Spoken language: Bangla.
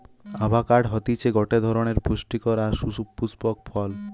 আভাকাড হতিছে গটে ধরণের পুস্টিকর আর সুপুস্পক ফল